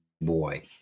boy